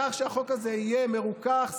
על כך שהחוק הזה יהיה מרוכך,